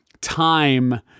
time